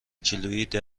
کیلوییده